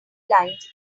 lines